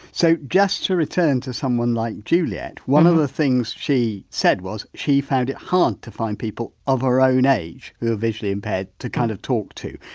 so just to return to someone like juliette, one of the things she said was she found it hard to found people of her own age who are visually impaired to kind of talk to.